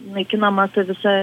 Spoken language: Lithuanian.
naikinama ta visa